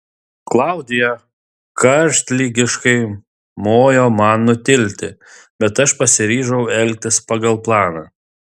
klaudija karštligiškai mojo man nutilti bet aš pasiryžau elgtis pagal planą